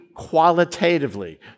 Qualitatively